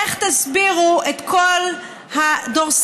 איך תסבירו את כל הדורסנות,